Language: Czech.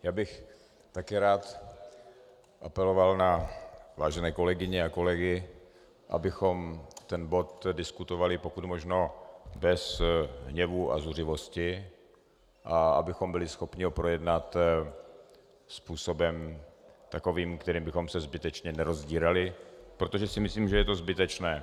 Já bych také rád apeloval na vážené kolegyně a kolegy, abychom ten bod diskutovali pokud možno bez hněvu a zuřivosti a abychom byli schopni ho projednat způsobem takovým, kterým bychom se zbytečně nerozdírali, protože si myslím, že je to zbytečné.